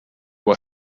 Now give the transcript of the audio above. were